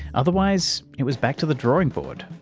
otherwise it was back to the drawing board.